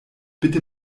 bitte